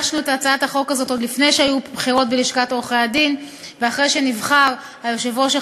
הצעת החוק בעיקרה באה בעקבות דין-וחשבון של ועדה ציבורית אשר